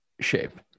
shape